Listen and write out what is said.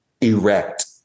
erect